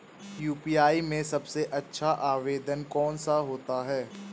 UPI में सबसे अच्छा आवेदन कौन सा होता है?